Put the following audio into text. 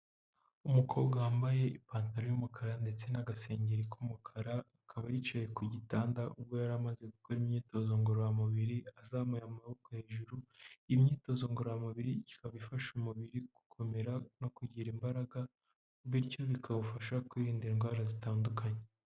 Umukobwa wambaye ipantaro y'umukara ndetse n'agasengeri k'umukara, akaba yicaye ku gitanda ubwo yari amaze gukora imyitozo ngororamubiri azamuye amaboko hejuru, imyitozo ngororamubiri ikaba ifasha umubiri gukomera no kugira imbaraga, bityo bikawufasha kwirinda indwara zitandukanye.